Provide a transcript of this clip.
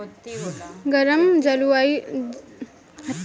गरम जलवायु में ही अंगूर के खेती होला